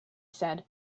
said